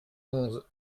onze